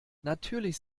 natürlich